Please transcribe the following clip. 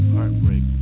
Heartbreak